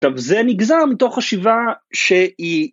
טוב זה נגזם תוך חשיבה שהיא.